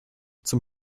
zum